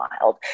wild